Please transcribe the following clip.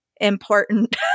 important